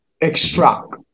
extract